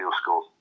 school